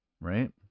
Right